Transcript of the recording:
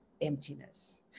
Emptiness